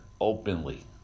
openly